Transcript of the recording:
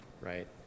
right